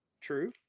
true